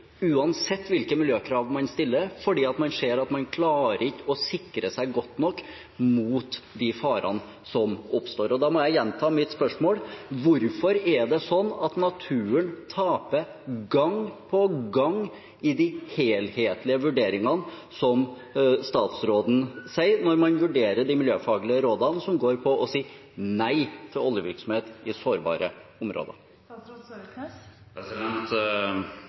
uansett hvilke miljøkrav man stiller, fordi man ser at man ikke klarer å sikre seg godt nok mot de farene som oppstår. Da må jeg gjenta mitt spørsmål: Hvorfor er det sånn at naturen taper gang på gang i de helhetlige vurderingene, som statsråden sier det, når man vurderer de miljøfaglige rådene som går ut på å si nei til oljevirksomhet i sårbare